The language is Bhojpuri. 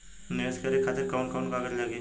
नीवेश करे खातिर कवन कवन कागज लागि?